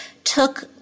took